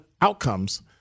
outcomes